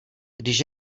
když